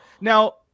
now